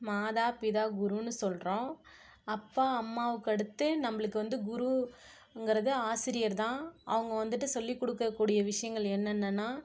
மாதா பிதா குருன்னு சொல்கிறோம் அப்பா அம்மாவுக்கு அடுத்து நம்மளுக்கு வந்து குரு ங்கறது ஆசிரியர் தான் அவங்க வந்துட்டு சொல்லி கொடுக்கக்கூடிய விஷயங்கள் என்னென்னா